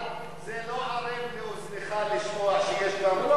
זה לא ערב לאוזניך לשמוע שיש גם,